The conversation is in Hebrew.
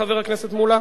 חבר הכנסת מולה?